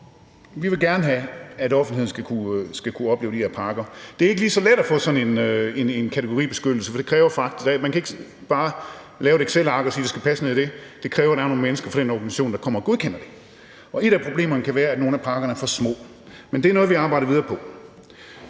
Vi vil gerne have, at offentligheden skal kunne opleve de her parker. Det er ikke lige så let at få sådan en kategoribeskyttelse, for man kan ikke bare lave et excelark og så sige, at det skal passe ned i det, for det kræver, at der er nogle mennesker fra den organisation, der kommer og godkender det, og et af problemerne kan være, at nogle af parkerne er for små. Men det er noget, vi arbejder videre på.